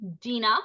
Dina